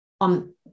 on